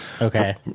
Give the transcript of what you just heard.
Okay